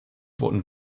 wurden